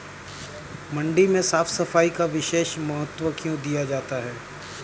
मंडी में साफ सफाई का विशेष महत्व क्यो दिया जाता है?